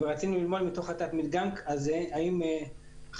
ורצינו ללמוד מתוך התת-מדגם הזה האם חל